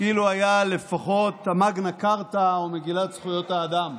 כאילו היה לפחות המגנה כרטה או מגילת זכויות האדם.